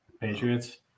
Patriots